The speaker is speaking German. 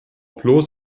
bloß